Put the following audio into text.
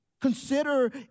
Consider